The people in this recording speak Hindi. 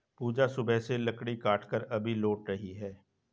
पूजा सुबह से लकड़ी काटकर अभी लौट रही है